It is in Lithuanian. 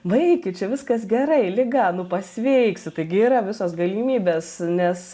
baikit čia viskas gerai liga nu pasveiksiu taigi yra visos galimybės nes